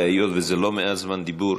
היות שזה לא מעט זמן דיבור,